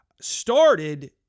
started